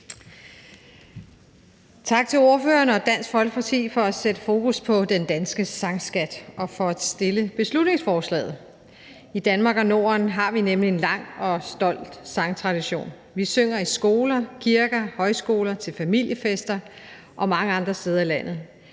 Tak til ordføreren og Dansk Folkeparti for at sætte fokus på den danske sangskat og for at fremsætte beslutningsforslaget. I Danmark og Norden har vi nemlig en lang og stolt sangtradition. Vi synger i skoler, kirker, højskoler og mange andre steder i landet,